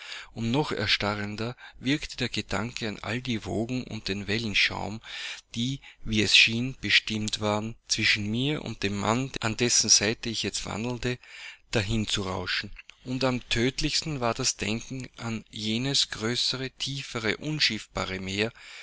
und noch erstarrender wirkte der gedanke an all die wogen und den wellenschaum die wie es schien bestimmt waren zwischen mir und dem manne an dessen seite ich jetzt wandelte dahin zu rauschen und am tödlichsten war das denken an jenes größere tiefere unschiffbarere meer